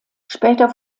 später